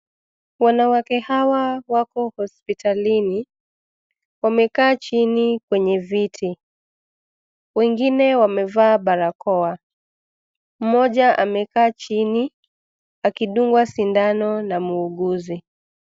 Wanawake hawa wako hospitalini. Wamekaa chini kwenye viti. Wengine wamevaa barakoa, mmoja amekaa chini; akidungwa sindano na muuguzi.